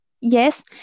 yes